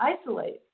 isolate